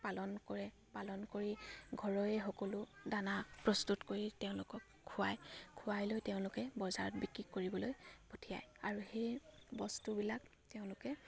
পালন কৰে পালন কৰি ঘৰৰে সকলো দানা প্ৰস্তুত কৰি তেওঁলোকক খুৱাই খুৱাই লৈ তেওঁলোকে বজাৰত বিক্ৰী কৰিবলৈ পঠিয়ায় আৰু সেই বস্তুবিলাক তেওঁলোকে